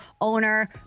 owner